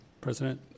President